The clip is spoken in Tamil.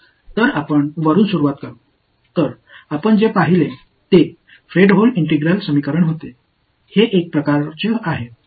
எனவே நாம் இப்போது பார்த்தது ஒரு ஃப்ரெட்ஹோம் ஒருங்கிணைந்த சமன்பாடு இது 1 வது வகை